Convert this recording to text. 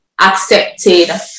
accepted